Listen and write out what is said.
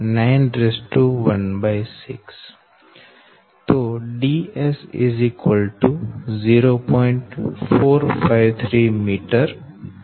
453 m થશે